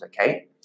okay